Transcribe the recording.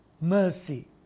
mercy